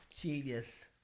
genius